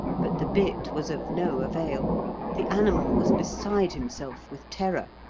but the bit was of no avail the animal was beside himself with terror,